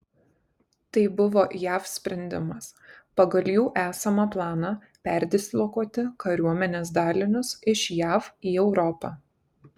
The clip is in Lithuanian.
tai buvo jav sprendimas pagal jų esamą planą perdislokuoti kariuomenės dalinius iš jav į europą